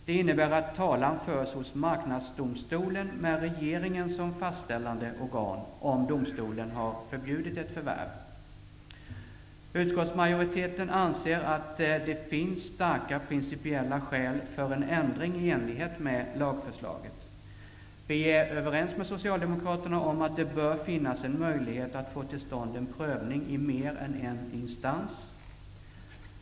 Det innebär att talan förs hos Utskottsmajoriteten anser att det finns starka principiella skäl för en ändring i enlighet med lagförslaget. Vi är överens med Socialdemokraterna om att det bör finnas en möjlighet att få till stånd en prövning i mer än en instans.